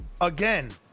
again